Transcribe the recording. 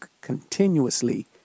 continuously